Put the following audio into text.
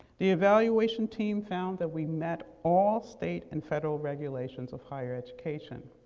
the evaluation team found that we met all state and federal regulations of higher education.